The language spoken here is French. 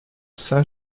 saint